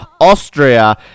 Austria